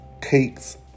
cakes